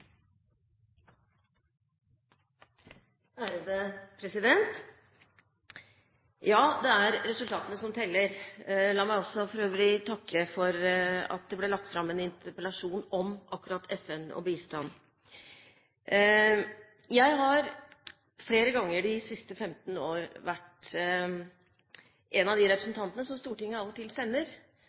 effektivitet. Ja, det er resultatene som teller. La meg også for øvrig takke for at det ble lagt fram en interpellasjon om akkurat FN og bistand. Jeg har flere ganger de siste 15 årene vært en av de representantene som Stortinget av og til sender